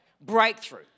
Breakthrough